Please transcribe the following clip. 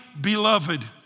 beloved